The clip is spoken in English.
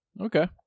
Okay